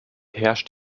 herrscht